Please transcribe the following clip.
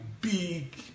big